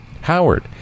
Howard